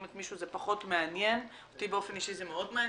אם את מישהו זה פחות מעניין אותי באופן אישי זה מאוד מעניין.